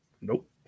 Nope